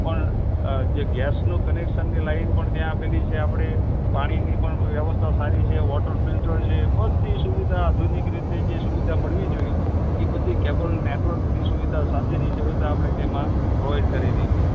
પણ જે ગૅસનું કનેક્શનની લાઇન પણ ત્યાં આપેલી છે આપણે પાણીની પણ વ્યવસ્થા સારી છે વૉટર ફિલ્ટર છે બધી સુવિધા આધુનિક રીતે જે સુવિધા મળવી જોઈએ એ બધી કેબલ નેટવર્કની સુવિધા સાથેની સુવિધા આપણે તેમાં પ્રોવાઈડ કરેલી છે